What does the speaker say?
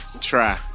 Try